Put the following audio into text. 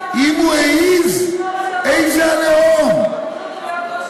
אם הוא העז, איזה "עליהום".